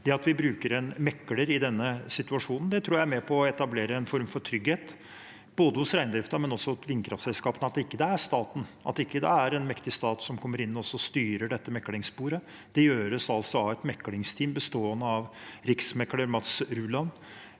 Det at vi bruker en mekler i denne situasjonen, tror jeg er med på å etablere en form for trygghet både hos reindriften og hos vindkraftselskapene, og at det ikke er staten, en mektig stat, som kommer inn og styrer dette meklingssporet. Det gjøres altså av et meklingsteam bestående av riksmekler Mats Ruland,